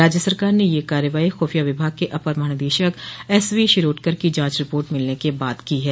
राज्य सरकार ने यह कार्रवाई खफिया विभाग के अपर महानिदेशक एस वी शिरोडकर की जांच रिपोर्ट मिलने के बाद की है